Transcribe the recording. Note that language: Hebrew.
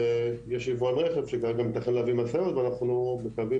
יש יבואן רכב שכרגע מתכנן להביא משאיות ואנחנו מקווים